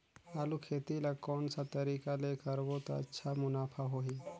आलू खेती ला कोन सा तरीका ले करबो त अच्छा मुनाफा होही?